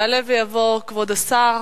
יעלה ויבוא כבוד השר.